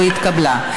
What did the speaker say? לא נתקבלה.